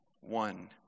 One